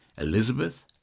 Elizabeth